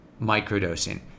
microdosing